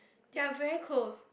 they are very close